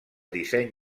disseny